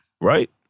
Right